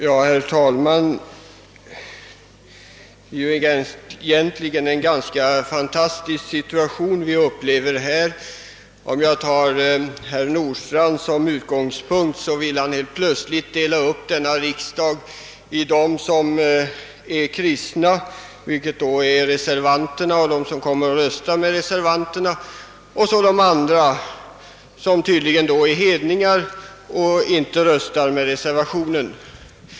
Herr talman! Det är egentligen en ganska fantastisk situation vi upplever här. Herr Nordstrandh vill helt plötsligt dela upp denna riksdag i dem som är kristna — d.v.s. reservanterna och dem som kommer att rösta med reservanterna — och de andra, som tydli gen är hedningar och inte röstar med reservationen.